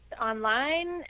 online